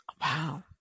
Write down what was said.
Wow